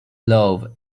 love